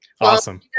Awesome